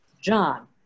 John